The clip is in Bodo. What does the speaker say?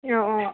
औ औ